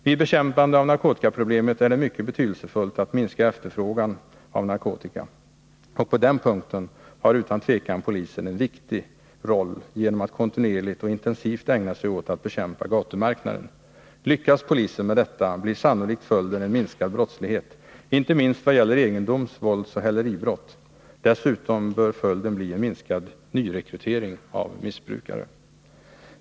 Vid bekämpande av narkotikaproblemet är det mycket betydelsefullt att minska efterfrågan på narkotika, och på den punkten har utan tvivel polisen en viktig roll genom att kontinuerligt och intensivt ägna sig åt att bekämpa gatumarknaden. Lyckas polisen med detta blir sannolikt följden en minskad brottslighet, inte minst vad gäller egendoms-, våldsoch häleribrott. Dessutom bör följden bli en minskad nyrekrytering av missbrukare.